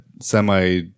semi